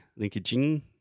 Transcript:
LinkedIn